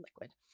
liquid